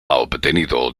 obtenido